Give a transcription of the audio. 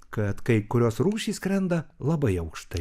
kad kai kurios rūšys skrenda labai aukštai